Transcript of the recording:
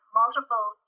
multiple